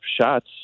shots